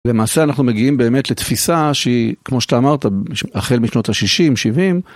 למעשה אנחנו מגיעים באמת לתפיסה שהיא, כמו שאתה אמרת, החל משנות ה-60-70.